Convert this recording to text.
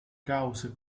cause